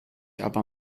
aber